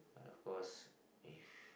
but of course if